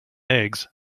eggs